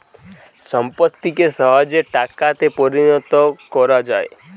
সম্পত্তিকে সহজে টাকাতে পরিণত কোরা যায়